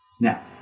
Now